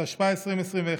התשפ"א 2102,